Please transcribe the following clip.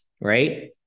right